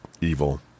evil